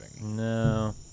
No